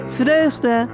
vreugde